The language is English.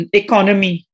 economy